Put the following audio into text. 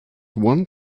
one